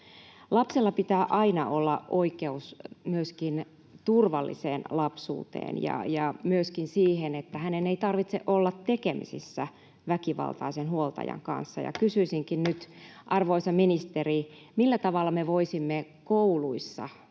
Lapsella pitää aina olla oikeus myöskin turvalliseen lapsuuteen ja myöskin siihen, että hänen ei tarvitse olla tekemisissä väkivaltaisen huoltajan kanssa. Kysyisinkin nyt, arvoisa ministeri: millä tavalla me voisimme kouluissa varmistaa